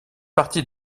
partie